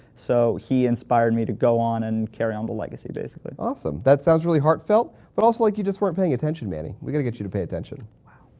so he inspired me to go on and carry on the legacy basically. awesome. that sounds very heartfelt. but also, like you just weren't paying attention manny. we got to get you to pay attention. wow.